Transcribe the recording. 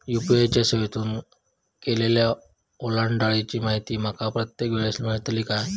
UPI च्या सेवेतून केलेल्या ओलांडाळीची माहिती माका प्रत्येक वेळेस मेलतळी काय?